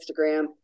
Instagram